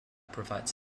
provides